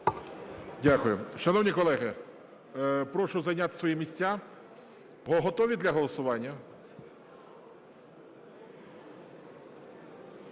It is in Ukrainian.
Дякую. Шановні колеги, прошу зайняти свої місця. Готові для голосування?